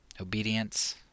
obedience